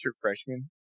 freshman